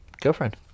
girlfriend